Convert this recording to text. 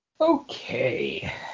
okay